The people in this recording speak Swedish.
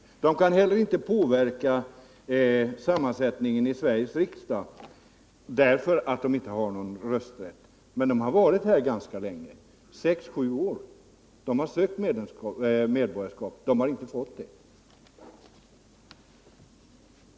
Och de kan inte heller påverka sammansättningen av Sveriges riksdag därför att de inte har den rösträtten. Men de har varit här ganska länge, sex sju år. Och de har sökt medborgarskap men inte fått det.